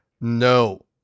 no